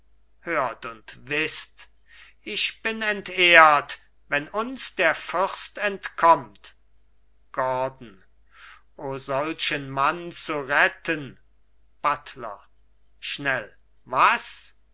hört und wißt ich bin entehrt wenn uns der fürst entkommt gordon o solchen mann zu retten buttler schnell was